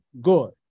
good